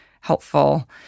helpful